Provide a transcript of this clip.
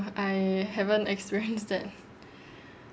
I haven't experienced that